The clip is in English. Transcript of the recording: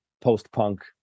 post-punk